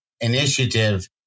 initiative